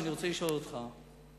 שאני רוצה לשאול אותך היא,